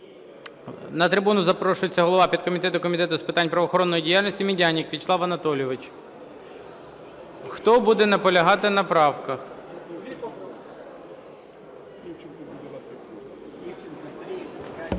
На трибуну запрошується голова підкомітету Комітету з питань правоохоронної діяльності Медяник В'ячеслав Анатолійович. Хто буде наполягати на правках?